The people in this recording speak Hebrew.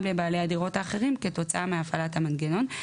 לבעלי הדירות האחרים כתוצאה מהפעלת המנגנון.".